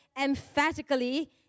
emphatically